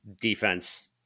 defense